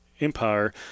Empire